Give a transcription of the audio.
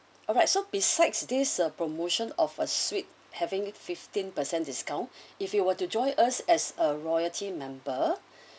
alright so besides this uh promotion of a suite having fifteen percent discount if you were to join us as a loyalty member